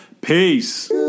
Peace